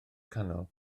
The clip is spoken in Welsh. canol